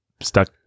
Stuck